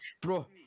bro